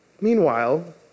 Meanwhile